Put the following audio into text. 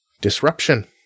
disruption